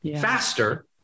faster